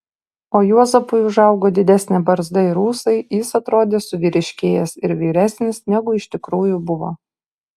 o juozapui užaugo didesnė barzda ir ūsai jis atrodė suvyriškėjęs ir vyresnis negu iš tikrųjų buvo